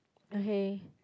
okay